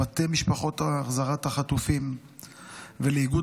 למטה משפחות החזרת החטופים ולאיגוד